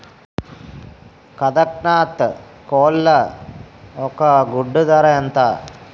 కదక్నత్ కోళ్ల ఒక గుడ్డు ధర ఎంత?